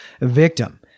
victim